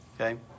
Okay